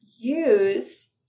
use